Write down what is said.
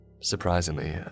Surprisingly